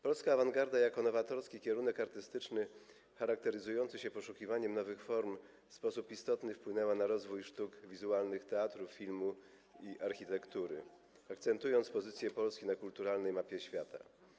Polska awangarda jako nowatorski kierunek artystyczny charakteryzujący się poszukiwaniem nowych form w sposób istotny wpłynęła na rozwój sztuk wizualnych, teatru, filmu i architektury, akcentując pozycję polski na kulturalnej mapie świata.